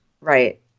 Right